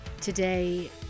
Today